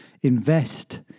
invest